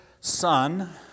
son